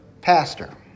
pastor